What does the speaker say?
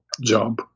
job